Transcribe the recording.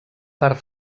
part